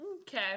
Okay